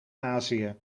azië